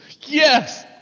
Yes